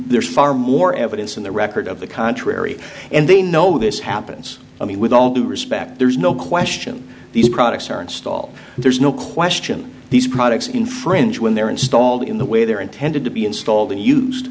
there is far more evidence in the record of the contrary and they know this happens i mean with all due respect there's no question these products are installed there's no question these products infringe when they're installed in the way they're intended to be installed and used